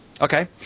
Okay